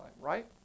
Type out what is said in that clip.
right